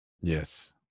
yes